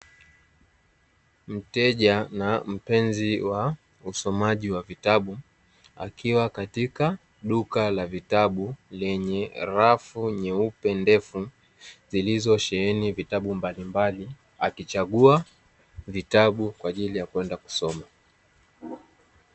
Mteja na mpenzi wa usomaji wa vitabu, akiwa katika duka la vitabu, lenye rafu nyeupe ndefu lililosheheni vitabu mbalimbali, akichagua vitabu kwa ajili ya kwenda kusoma.